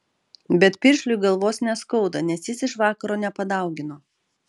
bet piršliui galvos neskauda nes jis iš vakaro nepadaugino